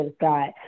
God